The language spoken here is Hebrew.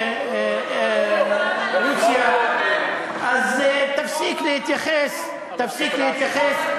יוצאי רוסיה, אז תפסיק להתייחס,